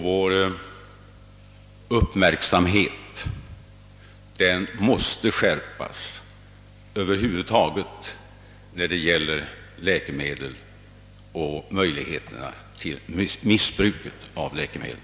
Vår uppmärksamhet måste skärpas i fråga om läkemedel och möjligheterna till missbruk av läkemedel.